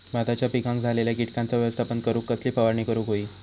भाताच्या पिकांक झालेल्या किटकांचा व्यवस्थापन करूक कसली फवारणी करूक होई?